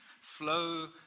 flow